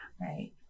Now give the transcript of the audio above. right